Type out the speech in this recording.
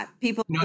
people